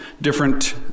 different